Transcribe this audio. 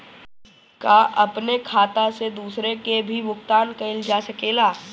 का अपने खाता से दूसरे के भी भुगतान कइल जा सके ला?